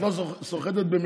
לפחות את לא סוחטת במיליארדים,